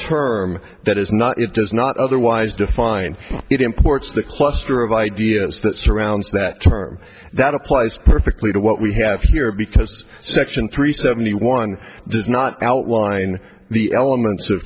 term that is not it does not otherwise define it imports the cluster of ideas that surrounds that term that applies perfectly to what we have here because section three seventy one does not outline the elements of